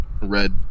red